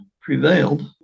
prevailed